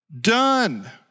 Done